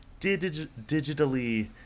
digitally